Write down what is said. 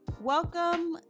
Welcome